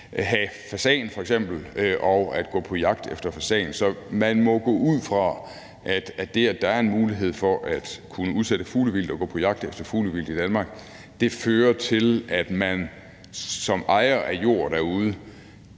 fasaner og gå på jagt efter fasaner. Så man må gå ud fra, at det, at der er en mulighed for at kunne udsætte fuglevildt og gå på jagt efter fuglevildt i Danmark, vil føre til, at man som ejer af jord derude